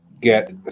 get